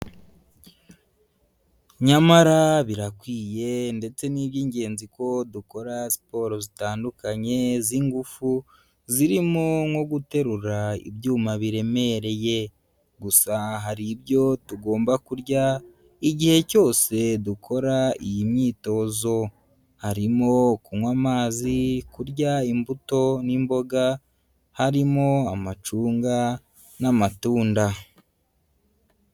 Nyamara birakwiye ndetse n'iby'ingenzi ko dukora siporo zitandukanye z'ingufu, zirimo nko guterura ibyuma biremereye, gusa hari ibyo tugomba kurya igihe cyose dukora iyi myitozo, harimo kunywa amazi, kurya imbuto n'imboga, harimo amacunga n'amatunda.